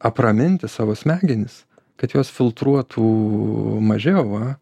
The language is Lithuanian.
apraminti savo smegenis kad jos filtruotų mažiau va